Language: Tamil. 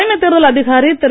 தலைமைத் தேர்தல் அதிகாரி திரு